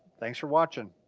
thanks for watching.